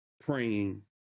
praying